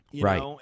Right